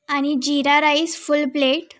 आणि jeera rice full plate